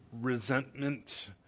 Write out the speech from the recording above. resentment